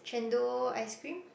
Chendol ice cream